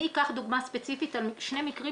אני אתן דוגמה ספציפית על שני מקרים,